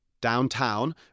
Downtown